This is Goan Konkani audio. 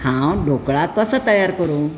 हांव ढोकळा कसो तयार करूं